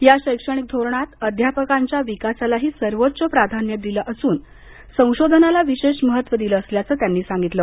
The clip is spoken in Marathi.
या शैक्षणिक धोरणात अध्यापकांच्या विकासालाही सर्वोच्च प्राध्यान दिलं असून संशोधनाला विशेष महत्त्व दिलं असल्याचं त्यांनी सांगितलं